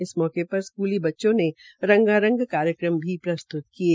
इस अवसर पर स्कूली बच्चों ने रंगारंग कार्यक्रम भी प्रस्तुत किये